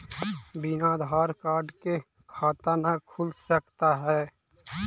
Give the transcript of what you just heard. बिना आधार कार्ड के खाता न खुल सकता है?